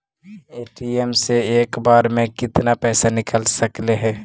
ATM से एक बार मे केतना पैसा निकल सकले हे?